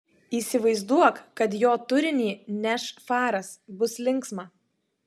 įsivaizduok kad jo turinį neš faras bus linksma